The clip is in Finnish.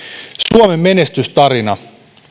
suomen menestystarina